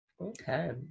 Okay